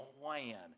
plan